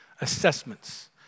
assessments